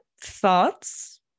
Thoughts